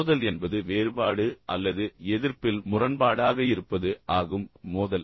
மோதல் என்பது வேறுபாடு அல்லது எதிர்ப்பில் முரண்பாடாக இருப்பது ஆகும் மோதல்